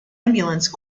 ambulance